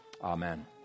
Amen